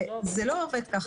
זה לא עובד כך.